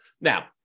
Now